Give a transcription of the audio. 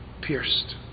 pierced